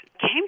came